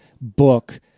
book